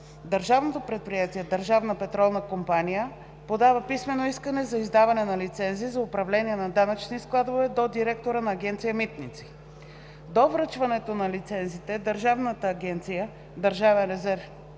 Държавното предприятие „Държавна петролна компания“ подава писмено искане за издаване на лицензи за управление на данъчни складове до директора на Агенция „Митници“. До връчването на лицензите Държавната агенция „Държавен резерв